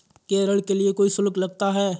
क्या ऋण के लिए कोई शुल्क लगता है?